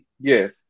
Yes